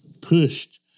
pushed